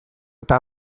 eta